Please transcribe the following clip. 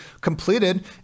completed